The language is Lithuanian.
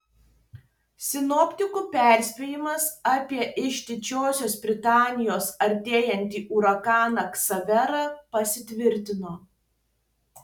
sinoptikų perspėjimas apie iš didžiosios britanijos artėjantį uraganą ksaverą pasitvirtino